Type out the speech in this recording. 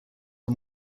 are